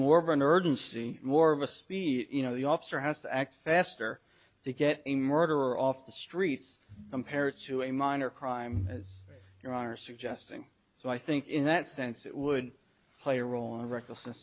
more of an urgency more of a speed you know the officer has to act faster to get a murderer off the streets compared to a minor crime as you are suggesting so i think in that sense it would play a role of recklessness